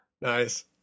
Nice